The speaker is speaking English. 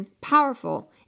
powerful